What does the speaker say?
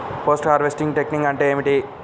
Post harvesting technique అంటే ఏమిటీ?